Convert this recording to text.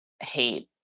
hate